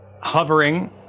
hovering